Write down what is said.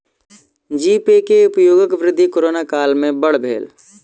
जी pay के उपयोगक वृद्धि कोरोना काल में बड़ भेल